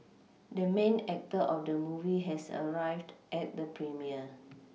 the main actor of the movie has arrived at the premiere